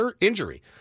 injury